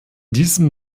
diesem